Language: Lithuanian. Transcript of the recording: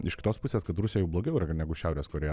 iš kitos pusės kad rusijoj jau blogiau ir negu šiaurės korėja